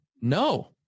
no